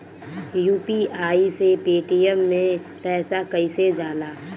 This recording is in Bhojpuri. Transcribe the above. यू.पी.आई से पेटीएम मे पैसा कइसे जाला?